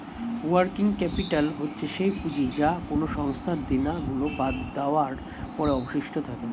working capital হচ্ছে সেই পুঁজি যা কোনো সংস্থার দেনা গুলো বাদ দেওয়ার পরে অবশিষ্ট থাকে